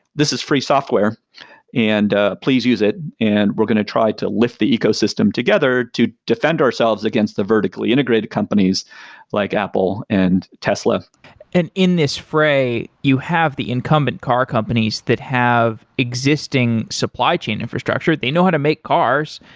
this is free software and ah please use it and we're going to try to lift the ecosystem together to defend ourselves against the vertically integrated companies like apple and tesla and in this fray, you have the incumbent car companies that have existing supply chain infrastructure. they know how to make cars.